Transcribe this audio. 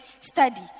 study